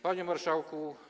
Panie Marszałku!